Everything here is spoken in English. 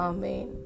Amen